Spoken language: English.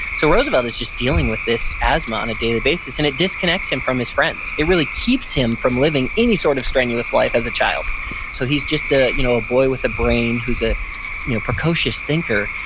so roosevelt is just dealing with this asthma on a daily basis, and it disconnects him from his friends. it really keeps him from living any sort of strenuous life as a child so he's just a you know a boy with a brain who's a you know precious thinker,